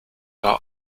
are